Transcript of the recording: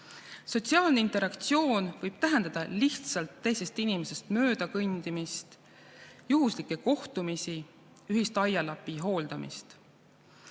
Sotsiaalne interaktsioon võib tähendada lihtsalt teisest inimesest mööda kõndimist, juhuslikke kohtumisi, ühist aialapi hooldamist.